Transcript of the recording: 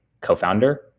co-founder